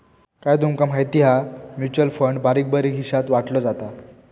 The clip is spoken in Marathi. काय तूमका माहिती हा? म्युचल फंड बारीक बारीक हिशात वाटलो जाता